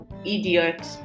idiot